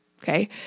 Okay